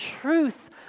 truth